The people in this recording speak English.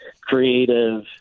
creative